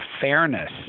fairness